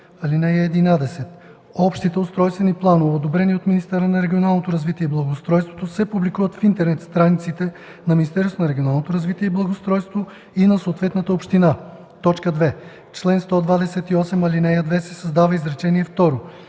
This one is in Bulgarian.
11: „(11) Общите устройствени планове, одобрени от министъра на регионалното развитие и благоустройството, се публикуват в интернет страниците на Министерството на регионалното развитие и благоустройството и на съответната община”. 2. В чл. 128, ал.2 се създава изречение